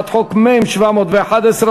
מ/711,